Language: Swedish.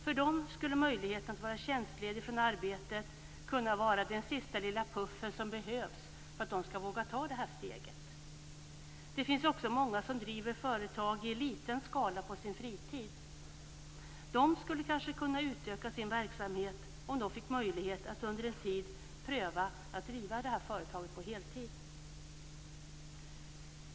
För dem skulle möjligheten att vara tjänstledig från arbetet kunna vara den sista lilla puff som behövs för att de skall våga ta steget. Det finns också många som driver företag i liten skala på sin fritid. De skulle kanske kunna utöka sin verksamhet om de fick möjlighet att under en tid pröva att driva företaget på heltid.